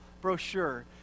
brochure